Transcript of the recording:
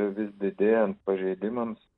vis didėjant pažeidimams